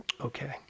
Okay